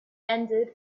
ended